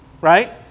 right